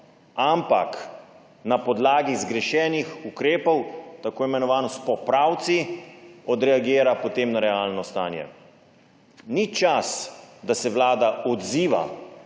ampak na podlagi zgrešenih ukrepov tako imenovano s popravci odreagira na realno stanje. Ni čas, da se Vlada odziva,